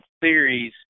theories –